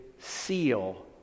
seal